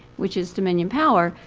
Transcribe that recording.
which is dominion power,